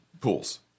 pools